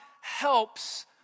helps